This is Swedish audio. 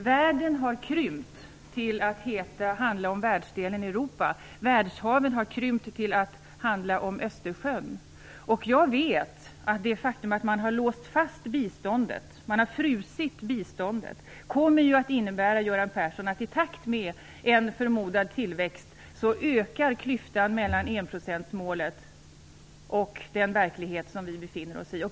Världen har krympt till att handla om världsdelen Europa. Världshaven har krympt till att handla om Jag vet, Göran Persson, att det faktum att man har låst fast biståndet, att man har frusit biståndet, kommer att innebära att i takt med en förmodad tillväxt ökar klyftan mellan enprocentsmålet och den verklighet som vi befinner oss i.